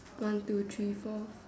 one two three four